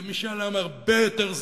זה משאל עם הרבה יותר זול,